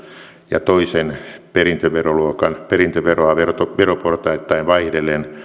ja toisen perintöveroluokan perintöveroa veroportaittain vaihdellen